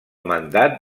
mandat